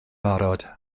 barod